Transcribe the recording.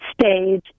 stage